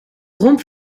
romp